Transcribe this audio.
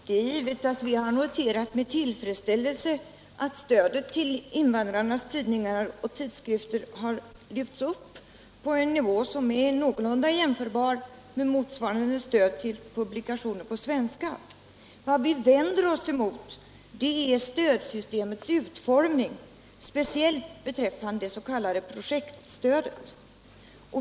Herr talman! Det är givet att vi med tillfredsställelse noterat att stödet till invandrarnas tidningar och tidskrifter lyfts upp på en nivå Som är någorlunda jämförbar med motsvarande stöd till publikationer på svenska. Vad vi vänder oss emot är stödsystemets utformning, speciellt beträffande det s.k. projektstödet.